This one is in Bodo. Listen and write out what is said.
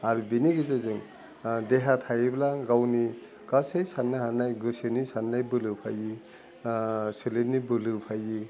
आरो बेनि गेजेरजों देहा थायोब्ला गावनि गासै साननो हानाय गोसोनि साननाय बोलो फैयो सोलेरनि बोलो फैयो